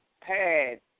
Pad